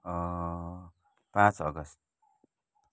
पाँच अगस्त